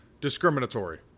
discriminatory